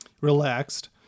relaxed